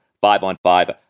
five-on-five